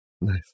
Nice